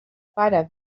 pare